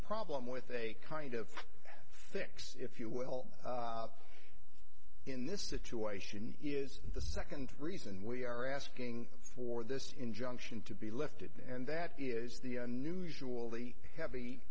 problem with a kind of fix if you will in this situation is the second reason we are asking for this injunction to be lifted and that is the new usually heavy